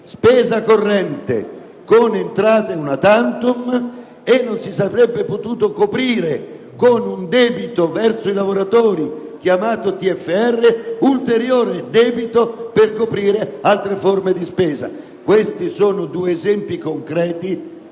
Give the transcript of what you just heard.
spesa corrente con entrate *una tantum,* né si sarebbe potuto ricorrere ad un debito verso i lavoratori chiamato TFR per coprire altre forme di spesa. Questi sono due esempi concreti